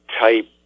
type